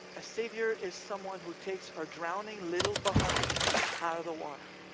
a saviour is someone who takes our drowning little behinds out of the water,